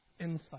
insight